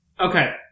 Okay